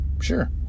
Sure